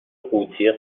قوطی